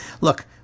Look